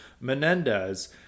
Menendez